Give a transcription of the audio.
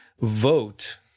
vote